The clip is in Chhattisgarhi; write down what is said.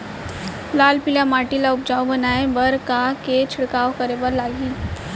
लाल पीली माटी ला उपजाऊ बनाए बर का का के छिड़काव करे बर लागही?